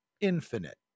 infinite